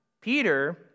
Peter